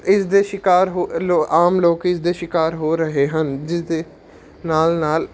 ਇਸਦੇ ਸ਼ਿਕਾਰ ਹੋ ਲੋ ਆਮ ਲੋਕ ਇਸਦੇ ਸ਼ਿਕਾਰ ਹੋ ਰਹੇ ਹਨ ਜਿਸਦੇ ਨਾਲ ਨਾਲ